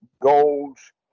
goals